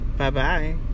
Bye-bye